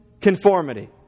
conformity